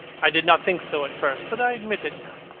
i did not think so at first, but i admit it now.